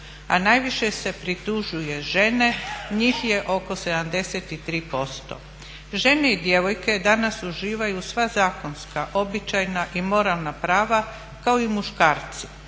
a najviše se pritužuje žene njih je oko 73%. Žene i djevojke danas uživaju sva zakonska, običajna i moralna prava kao i muškarci,